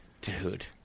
Dude